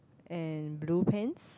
and blue pants